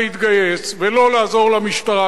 להתגייס ולא לעזור למשטרה,